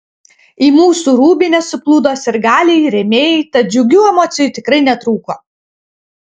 į mūsų rūbinę suplūdo sirgaliai rėmėjai tad džiugių emocijų tikrai netrūko